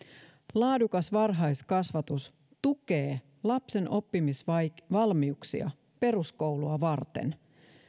laadukas varhaiskasvatus tukee lapsen oppimisvalmiuksia peruskoulua varten